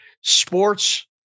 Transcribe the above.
Sports